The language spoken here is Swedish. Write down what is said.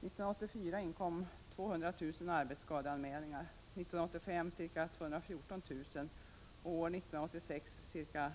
1984 inkom 200 000 arbetsskadeanmälningar, 1985 ca 214 000 och år 1986 ca